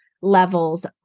levels